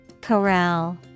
Corral